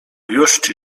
jużci